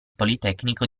politecnico